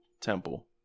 temple